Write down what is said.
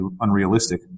unrealistic